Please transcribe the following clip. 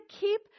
keep